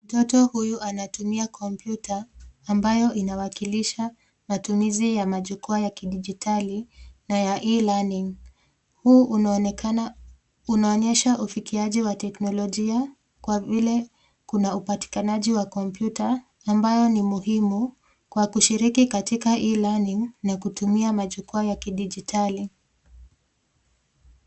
Mtoto huyu anatumia kompyuta ambayo inawakilisha matumizi ya majukwaa ya kidijitali na ya e-learning . Huu unaonyesha ufikiaji wa teknolojia kwa vile kuna upatikanaji wa kompyuta ambayo ni muhimu kwa kushiriki katika e-learning na kutumia majukwaa ya kidijitali.